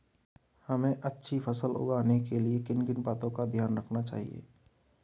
हमें अच्छी फसल उगाने में किन किन बातों का ध्यान रखना चाहिए?